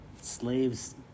slave's